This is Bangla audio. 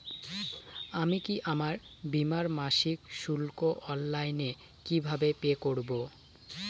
আমি কি আমার বীমার মাসিক শুল্ক অনলাইনে কিভাবে পে করব?